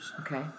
okay